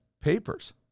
papers